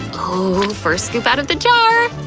ooh, first scoop out of the jar!